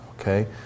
okay